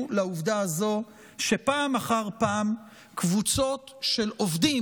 לעובדה הזו שפעם אחר פעם קבוצות של עובדים,